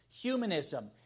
humanism